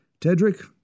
Tedric